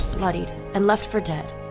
bloodied, and left for dead,